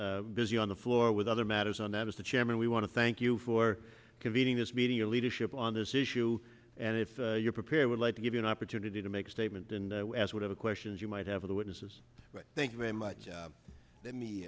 is busy on the floor with other matters and that is the chairman we want to thank you for convening this meeting your leadership on this issue and if you're prepared would like to give you an opportunity to make a statement and whatever questions you might have of the witnesses thank you very much let me